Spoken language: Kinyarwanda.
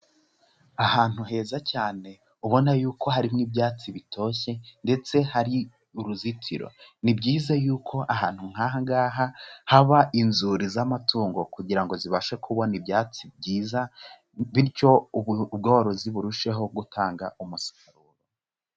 Ahantu heza cyane ubona yuko harimo ibyatsi bitoshye ndetse hari uruzitiro, ni byiza yuko ahantu nk'aha ngaha haba inzuri z'amatungo kugira ngo zibashe kubona ibyatsi byiza bityo ubworozi burusheho gutanga umusaruro.